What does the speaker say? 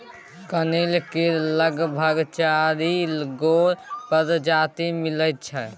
कनेर केर लगभग चारि गो परजाती मिलै छै